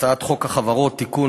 הצעת חוק החברות (תיקון,